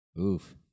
Oof